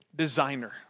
Designer